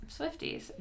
swifties